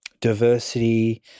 diversity